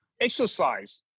exercise